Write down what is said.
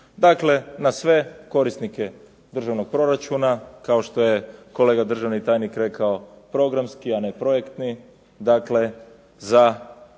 Dakle, na sve korisnike državnog proračuna kao što je kolega državni tajnik rekao programski a ne projektni, dakle za